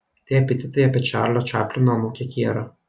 tai epitetai apie čarlio čaplino anūkę kierą